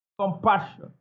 Compassion